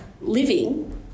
living